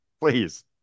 please